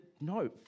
no